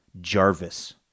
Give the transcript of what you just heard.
Jarvis